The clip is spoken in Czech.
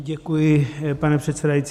Děkuji, pane předsedající.